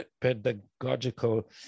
pedagogical